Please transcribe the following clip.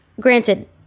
granted